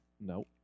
No